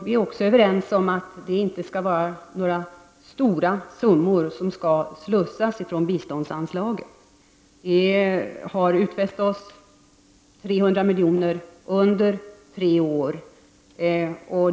Vi är också överens om att det inte skall vara några stora summor som skall slussas från biståndsanslag. Vi har utfäst oss att bidra med 300 milj.kr. under tre år.